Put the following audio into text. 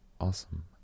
Awesome